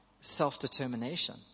self-determination